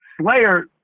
slayer